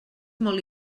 molt